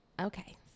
okay